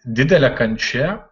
didelė kančia